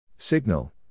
Signal